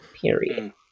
Period